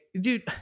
dude